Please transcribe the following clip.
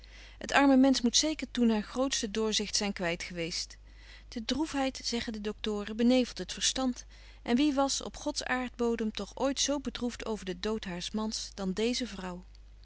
het arme mensch moet zeker toen haar grootste doorzicht zyn kwyt geweest de droefheid zeggen de doctoren benevelt het verstand en wie was op gods aardbodem toch ooit zo bedroeft over den dood haars mans dan deeze vrouw